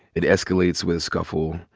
it escalates with a scuffle.